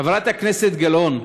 חברת הכנסת גלאון,